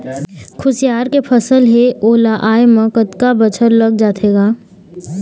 खुसियार के फसल हे ओ ला आय म कतका बछर लग जाथे गा?